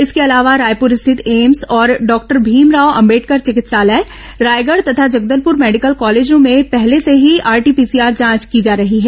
इसके अलावा रायपुर स्थित एम्स और डॉक्टर भीमराव अंबेडकर चिकित्सालय रायगढ तथा जगदलपुर मेडिकल कॉलेज में पहले से ही आरटीपीसीआर जांच की जा रही है